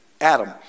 Adam